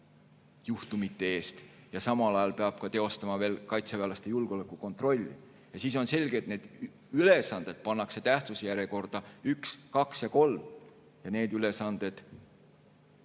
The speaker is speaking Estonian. ja samal ajal peab teostama veel kaitseväelaste julgeolekukontrolli. Siis on selge, et need ülesanded pannakse tähtsuse järjekorda: üks, kaks ja kolm. Ja need ülesanded,